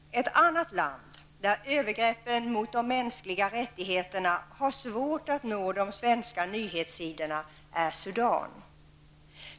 Ett annat land där övergreppen mot de mänskliga rättigheterna har svårt att nå de svenska nyhetssidorna är Sudan.